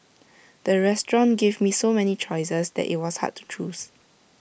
the restaurant gave so many choices that IT was hard to choose